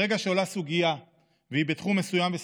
ברגע שעולה סוגיה והיא בתחום מסוים וספציפי,